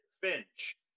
Finch